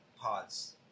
pods